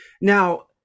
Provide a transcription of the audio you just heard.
Now